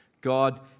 God